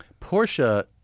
Porsche